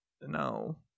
No